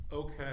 Okay